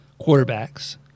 quarterbacks